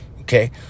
okay